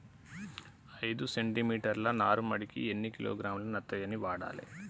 ఐదు సెంటి మీటర్ల నారుమడికి ఎన్ని కిలోగ్రాముల నత్రజని వాడాలి?